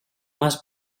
must